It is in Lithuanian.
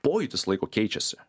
pojūtis laiko keičiasi